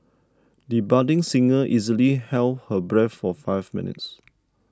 the budding singer easily held her breath for five minutes